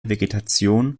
vegetation